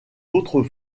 autre